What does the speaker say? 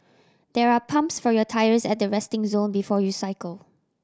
there are pumps for your tyres at the resting zone before you cycle